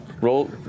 roll